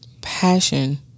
passion